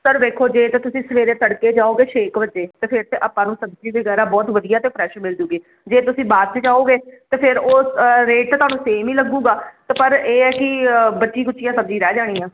sir ਵੇਖੋ ਜੇ ਤਾਂ ਤੁਸੀਂ ਸਵੇਰੇ ਤੜਕੇ ਜਾਓਗੇ ਛੇ ਕ ਵਜੇ ਤੇ ਫਿਰ ਆਪਾਂ ਨੂੰ ਸਬਜੀ ਵਗੈਰਾ ਬਹੁਤ ਵਧੀਆ ਤੇ ਫਰੈਸ਼ ਮਿਲ ਜੂਗੀ ਜੇ ਤੁਸੀਂ ਬਾਅਦ ਚ ਜਾਓਗੇ ਤੇ ਫਿਰ ਉਹ ਰੇਟ ਤੇ ਤੁਹਾਨੂੰ ਸੇਮ ਹੀ ਲੱਗੂਗਾ ਪਰ ਇਹ ਹ ਕਿ ਬਚੀ ਖੁਚੀ ਸਬਜੀ ਰਹਿ ਜਾਣੀ ਆ